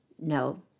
No